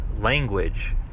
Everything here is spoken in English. language